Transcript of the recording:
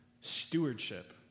stewardship